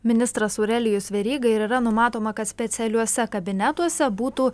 ministras aurelijus veryga ir yra numatoma kad specialiuose kabinetuose būtų